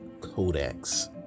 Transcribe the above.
codex